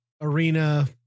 arena